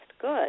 good